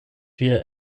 via